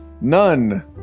None